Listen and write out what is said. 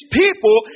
people